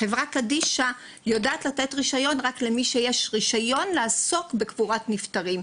חברה קדישא נותנת רישיון רק למי שיש רישיון לעסוק בקבורת הנפטרים,